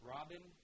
Robin